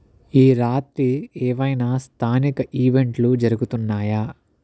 ఈ రాత్రి ఏవైనా స్థానిక ఈవెంట్లు జరుగుతున్నాయా